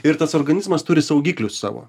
ir tas organizmas turi saugiklius savo